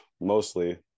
mostly